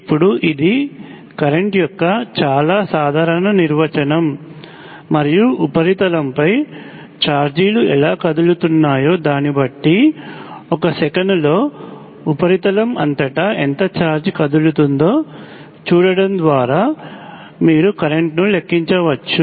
ఇప్పుడు ఇది కరెంట్ యొక్క చాలా సాధారణ నిర్వచనం మరియు ఉపరితలంపై ఛార్జీలు ఎలా కదులుతున్నాయో దాన్ని బట్టి 1 సెకనులో ఉపరితలం అంతటా ఎంత ఛార్జ్ కదులుతుందో చూడటం ద్వారా మీరు కరెంట్ను లెక్కించవచ్చు